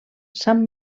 san